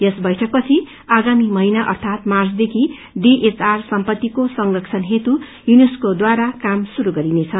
यस वैठकपछि आगामी महिना अर्थात मार्चदेखि डीएचआर सम्पत्तिको संरक्षण हेतू यूनेस्कोद्वारा काम शुरू गर्नेछ